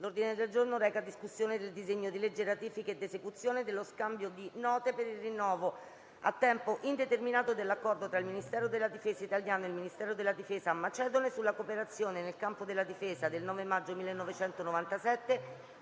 "Il link apre una nuova finestra") ***Ratifica ed esecuzione dello Scambio di Note per il rinnovo a tempo indeterminato dell'Accordo tra il Ministero della difesa italiano e il Ministero della difesa macedone sulla cooperazione nel campo della difesa del 9 maggio 1997,